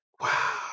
Wow